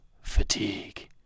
fatigue